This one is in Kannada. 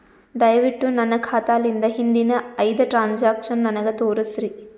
ದಯವಿಟ್ಟು ನನ್ನ ಖಾತಾಲಿಂದ ಹಿಂದಿನ ಐದ ಟ್ರಾಂಜಾಕ್ಷನ್ ನನಗ ತೋರಸ್ರಿ